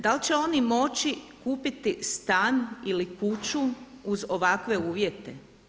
Da li će oni moći kupiti stan ili kuću uz ovakve uvjete?